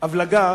הבלגה